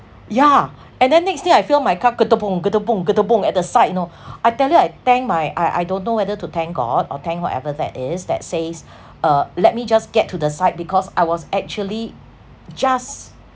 yeah and then next thing I feel my car at the side you know I tell you I thank my I I don't know whether to thank god or thank whatever that is that says uh let me just get to the side because I was actually just